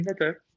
okay